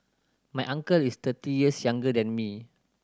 my uncle is thirty years younger than me